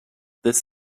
this